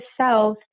south